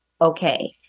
okay